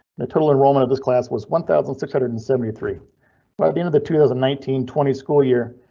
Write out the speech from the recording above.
the total enrollment of this class was one thousand six hundred and seventy three by the end of the two thousand and nineteen twenty school year,